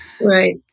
Right